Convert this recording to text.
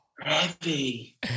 Heavy